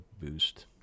boost